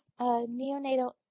neonatal